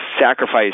sacrifice